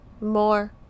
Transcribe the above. more